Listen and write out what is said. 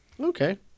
Okay